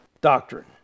doctrine